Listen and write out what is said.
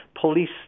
police